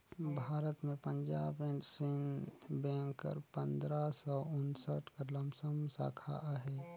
भारत में Punjab and Sind bank कर पंदरा सव उन्सठ कर लमसम साखा अहे